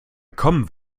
common